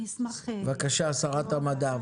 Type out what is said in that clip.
שרת המדע,